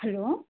hello